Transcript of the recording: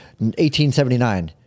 1879